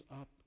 up